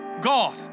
God